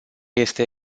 este